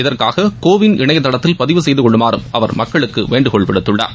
இதற்காக CoWIN இணையதளத்தில் பதிவு செய்து கொள்ளுமாறும் அவர் மக்களுக்கு வேண்டுகோள் விடுத்தார்